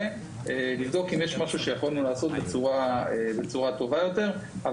והאם היה משהו שהיינו יכולים לעשות בצורה טובה יותר.